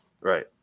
Right